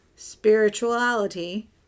spirituality